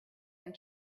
and